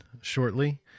shortly